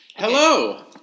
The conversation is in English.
Hello